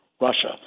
Russia